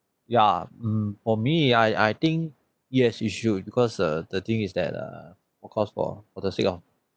ya mm for me ya I think yes it should because uh the thing is that err of course for for the sake of